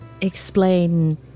explain